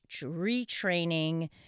retraining